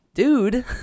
Dude